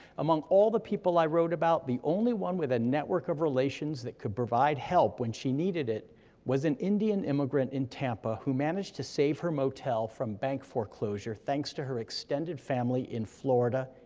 among all the people i wrote about, the only one with a network of relations that could provide help when she needed it was an indian immigrant in tampa who managed to save her motel from bank foreclosure thanks to her extended family in florida,